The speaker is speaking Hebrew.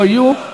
לא יהיו,